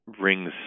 rings